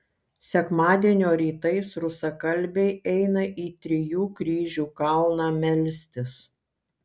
sekmadienio rytais rusakalbiai eina į trijų kryžių kalną melstis